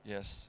Yes